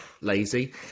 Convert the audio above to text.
lazy